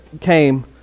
came